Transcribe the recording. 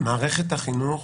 מערכת החינוך